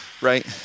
right